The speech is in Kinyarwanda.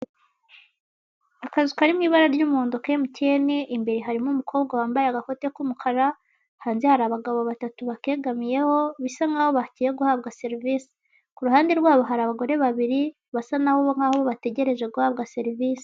Akazu kari mu ibara ry'umuhondo ka MTN, imbere harimo umukobwa wambaye agakote k'umukara, hanze hari abagabo batatu bakegamiyeho, bisa nkaho bagiye guhabwa serivisi, ku ruhande rwabo hari abagore babiri basa na bo nkaho bategereje guhabwa serivisi.